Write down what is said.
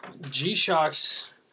G-Shocks